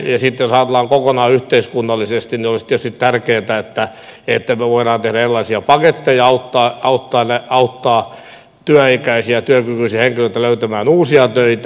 ja sitten jos ajatellaan kokonaan yhteiskunnallisesti niin olisi tietysti tärkeätä että me voimme tehdä erilaisia paketteja auttaa työikäisiä työkykyisiä henkilöitä löytämään uusia töitä